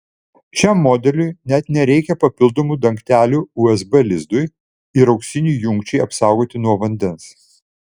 šiam modeliui net nereikia papildomų dangtelių usb lizdui ir ausinių jungčiai apsaugoti nuo vandens